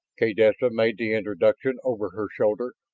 kaydessa made the introduction over her shoulder.